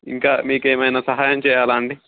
ఇంకా మీకు ఏమైన సహాయం చేయాలా అండి